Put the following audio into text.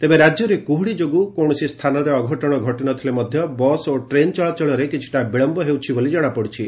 ତେବେ ରାକ୍ୟରେ କୁହୁଡ଼ି ଯୋଗୁଁ କୌଣସି ସ୍ଚାନରେ ଅଘଟଶ ଘଟିନଥିଲେ ମଧ୍ଧ ବସ୍ ଓ ଟ୍ରେନ୍ ଚଳାଚଳରେ କିଛିଟା ବିଳମ୍ଧ ହେଉଛି ବୋଲି ଜଶାପଡ଼ିଛି